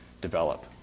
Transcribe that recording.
develop